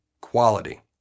quality